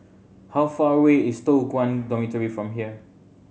how far away is Toh Guan Dormitory from here